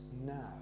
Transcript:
now